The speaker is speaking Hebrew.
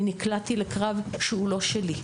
אני נקלעתי לקרב שהוא לא שלי,